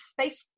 Facebook